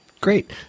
Great